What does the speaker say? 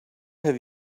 have